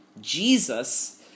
Jesus